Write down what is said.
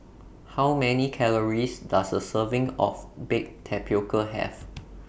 How Many Calories Does A Serving of Baked Tapioca Have